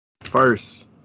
First